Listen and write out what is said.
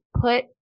put